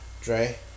Dre